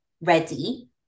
ready